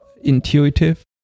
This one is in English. intuitive